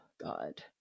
God